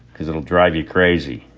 because it'll drive you crazy.